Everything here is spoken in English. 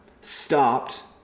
stopped